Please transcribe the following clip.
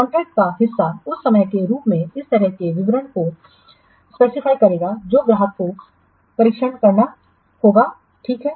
contract का हिस्सा उस समय के रूप में इस तरह के विवरण को निर्दिष्ट करेगा जो ग्राहक को परीक्षण करना होगा ठीक है